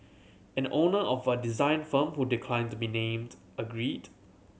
an owner of a design firm who declined to be named agreed